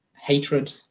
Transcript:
hatred